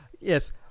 Yes